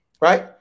right